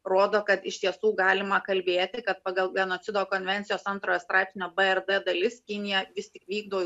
rodo kad iš tiesų galima kalbėti kad pagal genocido konvencijos antrojo straipsnio b ir d dalis kinija vis tik vykdo